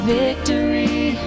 victory